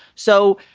so,